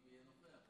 אם יהיה נוכח.